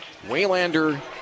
Waylander